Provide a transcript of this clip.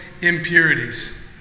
impurities